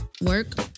Work